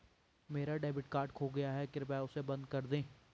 मेरा debit card खो गया है, कृपया उसे बंद कर दें